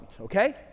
okay